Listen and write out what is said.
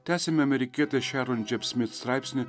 tęsiame amerikietės šiaron džep smit straipsnį